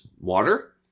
water